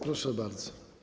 Proszę bardzo.